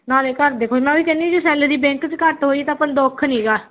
ਨਾਲ ਘਰ ਦੇਖੋ ਕਹਿੰਦੀ ਜੀ ਸੈਲਰੀ ਬੈਂਕ 'ਚ ਘੱਟ ਹੋਈ ਤਾਂ ਆਪਾਂ ਨੂੰ ਦੁੱਖ ਨਹੀਂ ਗਾ